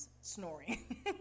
snoring